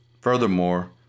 Furthermore